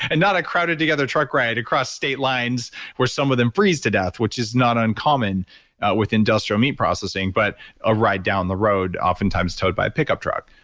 and not a crowded together truck ride across state lines where some of them freeze to death, which is not uncommon with industrial meat processing, but a ride down the road oftentimes towed by a pickup truck.